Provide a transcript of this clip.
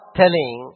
telling